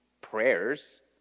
prayers